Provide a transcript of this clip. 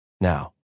now